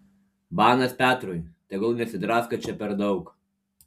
banas petrui tegul nesidrasko čia per daug